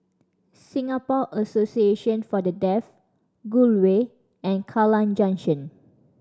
Singapore Association For The Deaf Gul Way and Kallang Junction